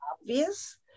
obvious